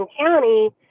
County